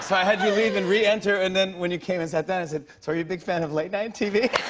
so i had leave and re-enter, and then when you came and sat down, i said, so, are you a big fan of late night tv?